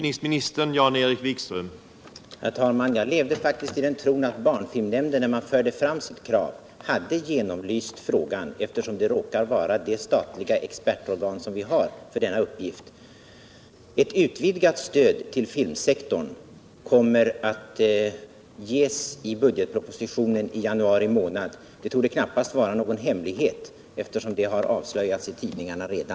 Herr talman! Jag levde faktiskt i den tron att barnfilmnämnden när den förde fram sitt krav hade genomlyst frågan, eftersom nämnden råkar vara det statliga expertorgan vi har för denna uppgift. Förslag om ett kraftigt utvidgat stöd till filmsektorn kommer att lämnas i budgetpropositionen i januari månad. Det torde knappast vara någon hemlighet, eftersom det redan har avslöjats i tidningarna.